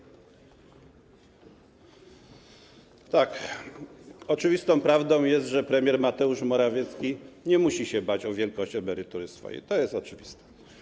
Tak, oczywistą prawdą jest, że premier Mateusz Morawiecki nie musi się bać o wielkość swojej emerytury, to jest oczywiste.